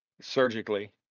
surgically